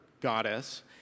goddess